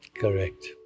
Correct